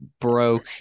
broke